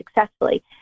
successfully